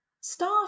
staff